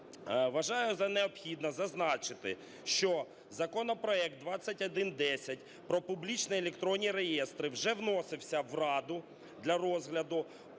Вважаю за необхідне зазначити, що законопроект 2110 про публічні електронні реєстри вже вносився в Раду для розгляду